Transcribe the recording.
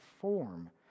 form